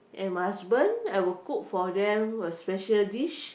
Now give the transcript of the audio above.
and my husband I will cook for them special dish